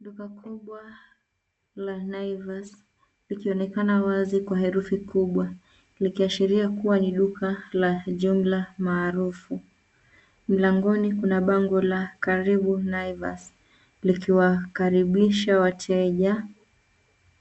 Duka kubwa la Naivas likionekana wazi kwa herufi kubwa likiashiria kuwa ni duka kubwa la jumla maarufu. Mlangoni kuna bango la Karibu Naivas likiwakaribisha wateja